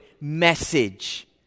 message